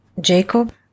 Jacob